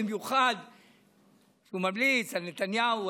במיוחד שהוא ממליץ על נתניהו.